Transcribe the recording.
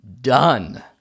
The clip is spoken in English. done